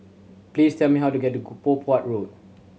please tell me how to get to Poh Huat Road